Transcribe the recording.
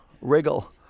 Wriggle